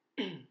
Okay